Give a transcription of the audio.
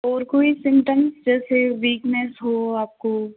और कोई सिमटम्स जैसे वीकनेस हो आप को